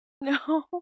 No